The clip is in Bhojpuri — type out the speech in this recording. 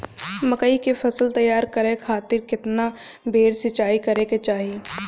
मकई के फसल तैयार करे खातीर केतना बेर सिचाई करे के चाही?